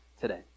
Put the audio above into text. today